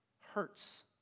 hurts